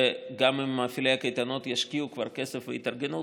וגם אם מפעילי הקייטנות ישקיעו כבר כסף והתארגנות,